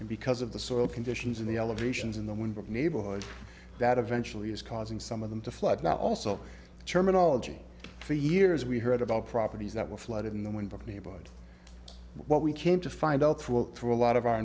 and because of the soil conditions in the elevations in the winter of neighborhoods that eventually is causing some of them to flood now also terminology for years we heard about properties that were flooded in the winter neighborhood what we came to find out through through a lot of our